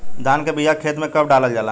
धान के बिया खेत में कब डालल जाला?